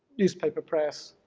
newspaper press,